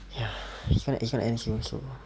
ya it's going it's going to end soon so